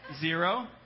zero